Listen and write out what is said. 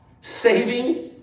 saving